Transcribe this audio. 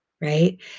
right